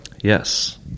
Yes